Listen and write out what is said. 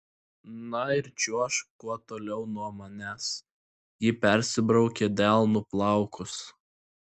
na ir čiuožk kuo toliau nuo manęs ji persibraukė delnu plaukus